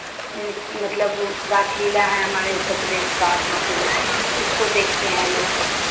मतलब रासलीला है हमारे उत्तर प्रदेश का मशहूर उसको देखते हैं लोग